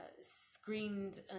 screamed